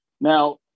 Now